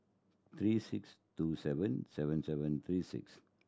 three six two seven seven seven three six